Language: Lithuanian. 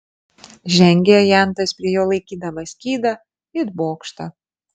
žengė ajantas prie jo laikydamas skydą it bokštą